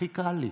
הכי קל לי.